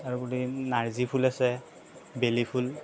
তাৰোপৰি নাৰ্জি ফুল আছে বেলি ফুল